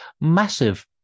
massive